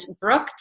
Brooke